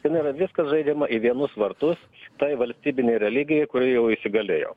ten yra viskas žaidžiama į vienus vartus tai valstybinei religijai kuri jau įsigalėjo